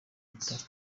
bitaro